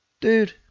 Dude